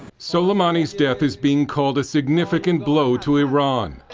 suleimani s death is being called a significant blow to iran.